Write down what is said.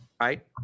Right